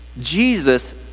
Jesus